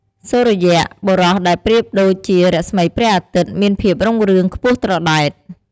សូរិយៈ បុរសដែលប្រៀបដូចជារស្មីព្រះអាទិត្យ មានភាពរុងរឿងខ្ពស់ត្រដែត។